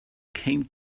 came